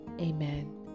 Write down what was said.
amen